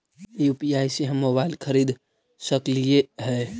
UPI से हम mobile खरिद सकलिऐ है